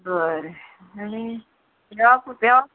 बरें आनी येवप येवप